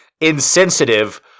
insensitive